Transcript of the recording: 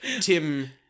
Tim